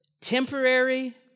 Temporary